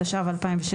התשע"ו-2016.